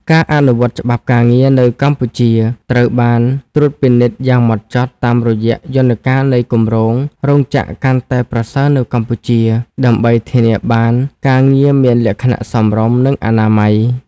ការអនុវត្តច្បាប់ការងារនៅកម្ពុជាត្រូវបានត្រួតពិនិត្យយ៉ាងហ្មត់ចត់តាមរយៈយន្តការនៃគម្រោង "រោងចក្រកាន់តែប្រសើរនៅកម្ពុជា" ដើម្បីធានាថាការងារមានលក្ខណៈសមរម្យ និងអនាម័យ។